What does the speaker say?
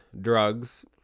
Drugs